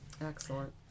excellent